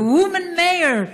a woman mayor.